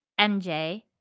MJ